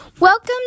welcome